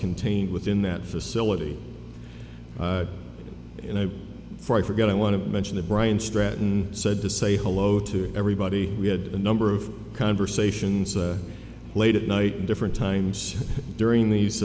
contained within that facility you know for i forgot i want to mention that brian stratton said to say hello to everybody we had a number of conversations late at night and different times during these